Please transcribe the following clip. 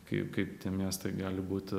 kaip kaip tie miestai gali būti